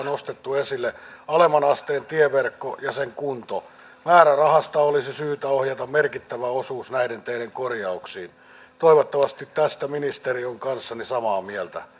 maanpuolustustahto riittävän hyvä kalusto ja sitten ennen kaikkea riittävä koulutus jotta puolustusvoimissa palvelevat ja reserviläiset ja varusmiehet saavat riittävän hyvän koulutuksen annettuja tehtäviä varten